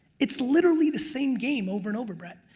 it's literally the same game over and over, brett.